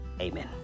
Amen